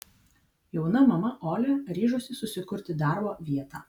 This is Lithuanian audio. jauna mama olia ryžosi susikurti darbo vietą